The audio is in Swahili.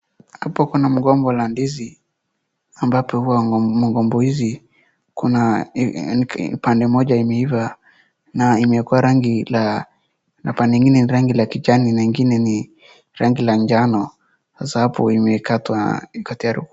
Hapo kuna mgomba la ndizi, ambapo huwa mgomba hizi, kuna pande moja imeiva na imekuwa rangi la na pande ingine ni rangi la kijani na ingine ni rangi la njano, sasa hapo imekatwa katero .